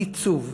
הייצוב,